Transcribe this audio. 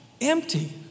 empty